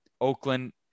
Oakland